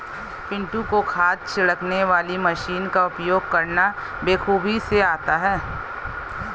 पिंटू को खाद छिड़कने वाली मशीन का उपयोग करना बेखूबी से आता है